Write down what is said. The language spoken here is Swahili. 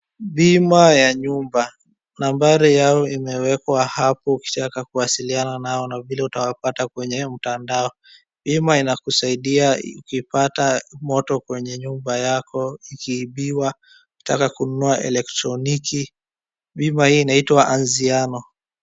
Bima ya nyumba, nambari yao imewekwa hapo ukitaka kuwasiliana nao na vile utawapata kwenye mtandao. Bima inakusaidia ukipata moto kwenye nyumba yako, ikiibiwa, ukitaka kununua elektroniki. Bima hii inaitwa Anziano.